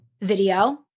video